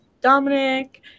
Dominic